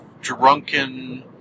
drunken